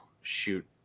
shoot